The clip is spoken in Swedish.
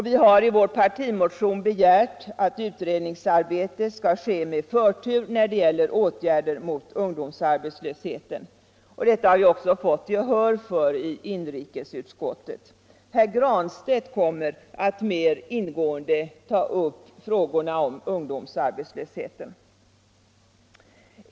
Vi har i vår partimotion begärt att utredningsarbetet skall ske med förtur när det gäller åtgärder mot ungdomsarbetslösheten. Detta har vi också fått gehör för i inrikesutskottet. Herr Granstedt kommer att mer ingående ta upp ungdomsarbetslösheten.